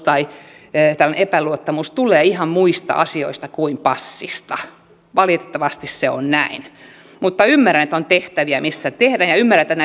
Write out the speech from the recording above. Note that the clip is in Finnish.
tai lojaalittomuus tämmöinen epäluottamus tulee ihan muista asioista kuin passista valitettavasti se on näin ymmärrän että on tehtäviä missä tehdään näitä turvallisuusselvityksiä ja ymmärrän että